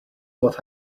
what